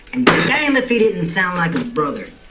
and damn if he didn't sound like his brother.